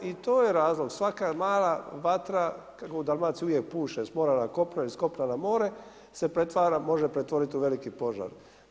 I to je razlog, svaka mala vatra kako u Dalmaciji uvijek puše s mora na kopno i s kopna na more se pretvara, može pretvoriti u veliki požar.